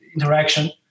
interaction